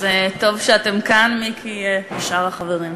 אז טוב שאתם כאן, מיקי ושאר החברים.